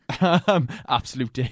Absolute